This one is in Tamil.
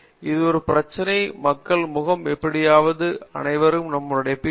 எனவே இது ஒரு பிரச்சனையாக மக்கள் முகம் மற்றும் எப்படியாவது நாம் அனைவரும் நம்முடைய பி